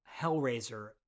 hellraiser